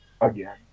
Again